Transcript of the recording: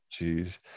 Jeez